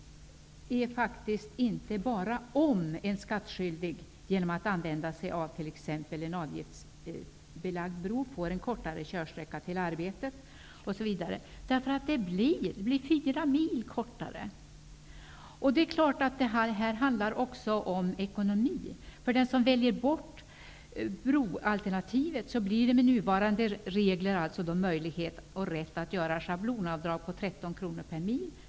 Statsrådet talar också om en skattskyldig som genom att använda sig av t.ex. en avgiftsbelagd bro får en kortare körsträcka till arbetet osv. Men körsträckan blir fyra mil kortare. Det är klart att det här också handlar om ekonomi. Den som väljer bort broalternativet har med nuvarande regler möjlighet och rätt att göra ett schablonavdrag om 13 kr per mil.